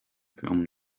from